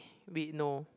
wait no